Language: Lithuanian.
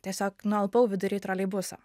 tiesiog nualpau vidury troleibuso